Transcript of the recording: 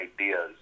ideas